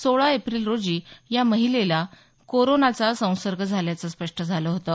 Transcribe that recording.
सोळा एप्रिल रोजी या महिलेला संसर्ग झाल्याचं स्पष्ट झालं होतं